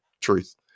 Truth